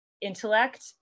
intellect